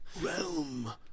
Realm